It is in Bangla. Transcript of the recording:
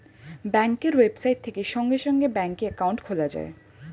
ব্যাঙ্কের ওয়েবসাইট থেকে সঙ্গে সঙ্গে ব্যাঙ্কে অ্যাকাউন্ট খোলা যায়